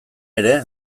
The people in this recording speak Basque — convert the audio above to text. ere